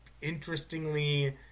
interestingly